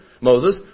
Moses